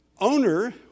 owner